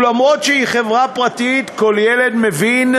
ולמרות שהיא חברה פרטית, כל ילד מבין,